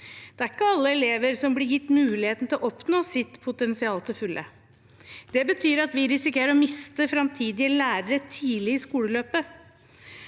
Det er ikke alle elever som blir gitt muligheten til å oppnå sitt potensial til fulle. Det betyr at vi risikerer å miste framtidige lærere tidlig i skoleløpet.